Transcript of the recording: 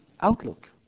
outlook